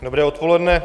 Dobré odpoledne.